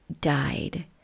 died